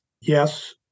Yes